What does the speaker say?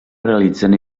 realitzen